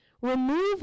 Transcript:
remove